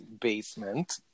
basement